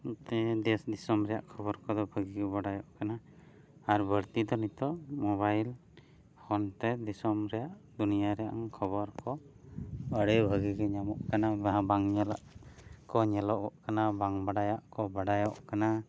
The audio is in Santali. ᱫᱮᱥ ᱫᱤᱥᱚᱢ ᱨᱮᱭᱟᱜ ᱠᱷᱚᱵᱚᱨ ᱠᱚᱫᱚ ᱵᱷᱟᱹᱜᱤ ᱜᱮ ᱵᱟᱲᱟᱭᱚᱜ ᱠᱟᱱᱟ ᱟᱨ ᱵᱟᱹᱲᱛᱤ ᱫᱚ ᱱᱤᱛᱚᱜ ᱢᱳᱵᱟᱭᱤᱞ ᱯᱷᱳᱱ ᱛᱮ ᱫᱤᱥᱚᱢ ᱨᱮᱭᱟᱜ ᱫᱩᱱᱤᱭᱟᱹ ᱨᱮᱭᱟᱜ ᱠᱷᱚᱵᱚᱨ ᱠᱚ ᱟᱹᱰᱤ ᱵᱷᱟᱹᱜᱤ ᱜᱮ ᱧᱮᱞᱚᱜ ᱠᱟᱱᱟ ᱡᱟᱦᱟᱸ ᱵᱟᱝ ᱧᱮᱞᱟᱜ ᱠᱚ ᱧᱮᱞᱚᱜ ᱠᱟᱱᱟ ᱵᱟᱝ ᱵᱟᱰᱟᱭᱟᱜ ᱠᱚ ᱵᱟᱰᱟᱭᱚᱜ ᱠᱟᱱᱟ